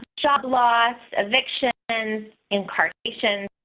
job loss eviction, and incarnation,